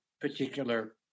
particular